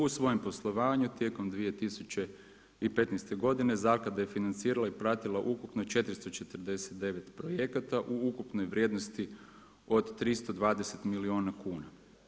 U svojem poslovanju tijekom 2015. godine, Zaklada je financirala i pratila ukupno 449 projekata u ukupne vrijednosti od 320 milijuna kuna.